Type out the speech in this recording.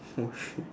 oh shit